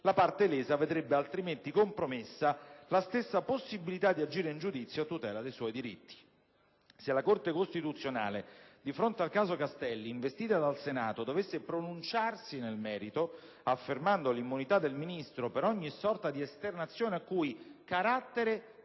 la parte lesa vedrebbe altrimenti «compromessa la stessa possibilità (...) di agire in giudizio a tutela dei suoi diritti». Se la Corte costituzionale, di fronte al caso Castelli, investita dal Senato, dovesse pronunciarsi nel merito, affermando l'immunità del Ministro per ogni sorta di esternazione a cui carattere ed